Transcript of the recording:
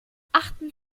achten